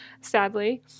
sadly